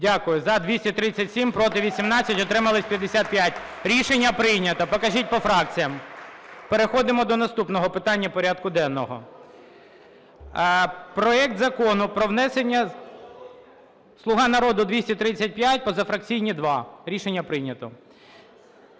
Дякую. За – 237, проти – 18, утрималися – 55. Рішення прийнято. Покажіть по фракціям. Переходимо до наступного питання порядку денного, проект Закону… "Слуга народу" – 235, позафракційні – 2. Рішення прийнято.